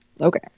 Okay